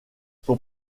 son